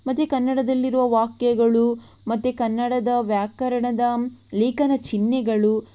ಮತ್ತು ಕನ್ನಡದಲ್ಲಿರುವ ವಾಕ್ಯಗಳು ಮತ್ತು ಕನ್ನಡದ ವ್ಯಾಕರಣದ ಲೇಖನ ಚಿಹ್ನೆಗಳು